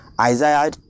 Isaiah